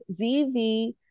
ZV